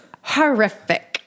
horrific